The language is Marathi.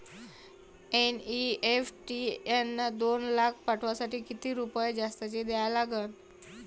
एन.ई.एफ.टी न दोन लाख पाठवासाठी किती रुपये जास्तचे द्या लागन?